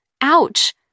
Ouch